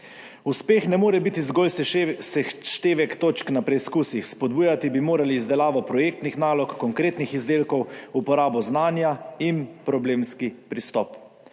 Uspeh ne more biti zgolj seštevek točk na preizkusih, spodbujati bi morali izdelavo projektnih nalog, konkretnih izdelkov, uporabo znanja in problemski pristop.